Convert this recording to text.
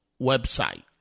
website